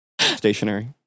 Stationary